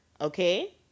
Okay